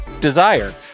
Desire